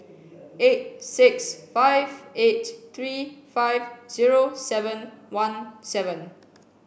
eight six five eight three five zero seven one seven